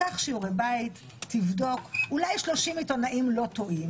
קח שיעורי בית, תבדוק, אולי 30 עיתונאים לא טועים.